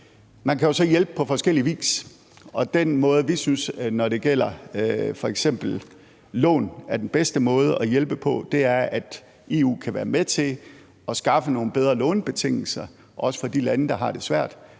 Man kan jo så hjælpe på forskellig vis. Den måde, vi synes er den bedste måde at hjælpe på, når det gælder f.eks. lån, er, at EU kan være med til at skaffe nogle bedre lånebetingelser, også for de lande, der har det svært,